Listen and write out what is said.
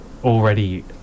already